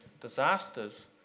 disasters